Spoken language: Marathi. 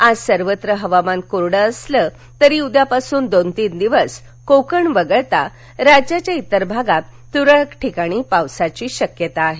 आज सर्वत्र हवामान कोरड असलं तरी उद्यापासून दोन तीन दिवस कोकण वगळता राज्याच्या इतर भागात तुरळक ठिकाणी पावसाची शक्यता आहे